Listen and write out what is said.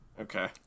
Okay